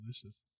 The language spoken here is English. delicious